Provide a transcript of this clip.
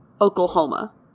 Oklahoma